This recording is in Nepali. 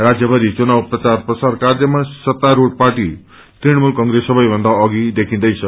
राज्यभरि चुनाव प्रचार प्रसार किार्यमा सत्तास्रूढ़ पार्टी तृणमूल कंग्रेस सबैभन्दा अघि देखिदैछ